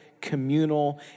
communal